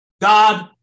God